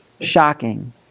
shocking